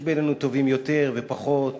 יש בינינו טובים יותר ופחות,